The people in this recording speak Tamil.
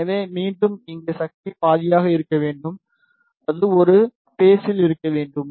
எனவே மீண்டும் இங்கே சக்தி பாதியாக இருக்க வேண்டும் அது ஒரே பேஸில் இருக்க வேண்டும்